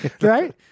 Right